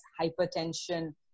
hypertension